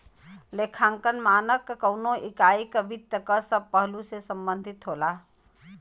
लेखांकन मानक कउनो इकाई क वित्त क सब पहलु से संबंधित होला